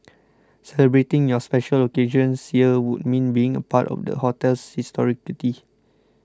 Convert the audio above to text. celebrating your special occasions here would mean being a part of the hotel's historicity